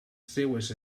seves